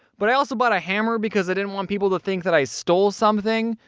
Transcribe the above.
but i also bought a hammer because i didn't want people to think that i stole something.